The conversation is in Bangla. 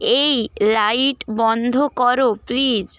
এই লাইট বন্ধ করো প্লিজ